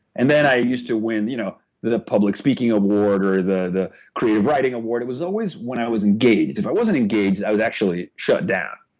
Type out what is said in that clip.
and then i used to win you know the public speaking award or the creative writing award it was always when i was engaged. if i wasn't engaged, i was actually shut down.